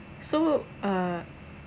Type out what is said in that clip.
so uh